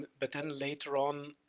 but then later on,